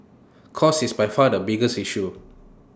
cost is by far the biggest issue